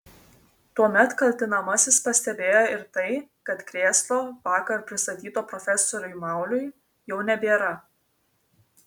tuomet kaltinamasis pastebėjo ir tai kad krėslo vakar pristatyto profesoriui mauliui jau nebėra